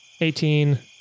Eighteen